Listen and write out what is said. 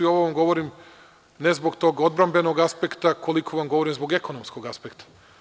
Ovo vam govorim, ne zbog tog odbrambenog aspekta, koliko vam govorim zbog ekonomskog aspekta.